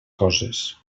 coses